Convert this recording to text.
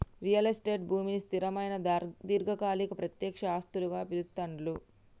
real estate భూమిని స్థిరమైన దీర్ఘకాలిక ప్రత్యక్ష ఆస్తులుగా పిలుత్తాండ్లు